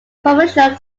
provincial